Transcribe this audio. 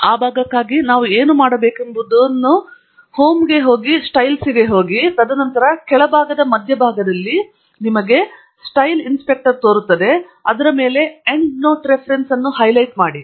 ಆ ಭಾಗಕ್ಕಾಗಿ ನಾವು ಏನು ಮಾಡಬೇಕೆಂಬುದು ಹೋಮ್ಗೆ ಹೋಗಿ ಸ್ಟೈಲ್ಸ್ ಗೆ ಹೋಗಿ ತದನಂತರ ಕೆಳಭಾಗದ ಮಧ್ಯಭಾಗದಲ್ಲಿ ನಿಮಗೆ ಶೈಲಿ ಇನ್ಸ್ಪೆಕ್ಟರ್ ನೋಡಿ ಅದರ ಮೇಲೆ ಎಂಡ್ನೋಟ್ ರೆಫರೆನ್ಸ್ ಅನ್ನು ಹೈಲೈಟ್ ಮಾಡಿ